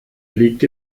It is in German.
liegt